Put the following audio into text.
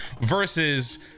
versus